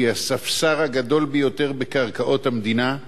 שהיא הספסר הגדול ביותר בקרקעות מדינה,